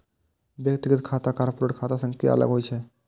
व्यक्तिगत खाता कॉरपोरेट खाता सं अलग होइ छै